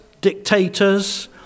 dictators